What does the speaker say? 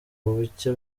bucye